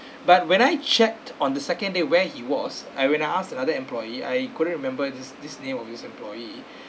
but when I checked on the second day where he was and when I asked another employee I couldn't remember this this name of this employee